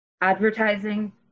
Advertising